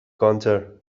گانتر